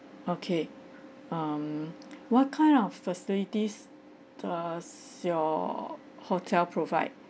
okay um what kind of facilities does your hotel provide